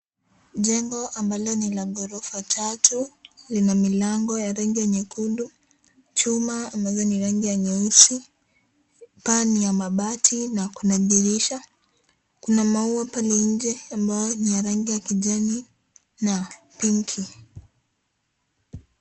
Jengo ambalo ni la gorofa tatu, lina milango ya rangi ya nyekundu, chuma ambazo ni za rangi nyeusi, paa ni ya mabati na kuna dirisha. Kuna maua pale nje ambao ni ya rangi ya kijani na pinki .